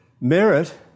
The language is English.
Merit